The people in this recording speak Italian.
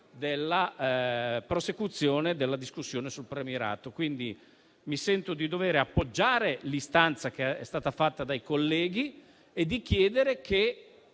sede oggi, della discussione sul premierato. Quindi, sento di dover appoggiare l'istanza che è stata avanzata dai colleghi e chiedo che